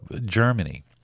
Germany